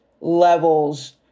levels